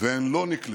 והן לא נקלטו,